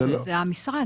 זה המשרד.